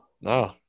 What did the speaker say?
no